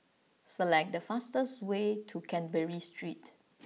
Select the fastest way to Canberra Street